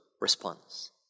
response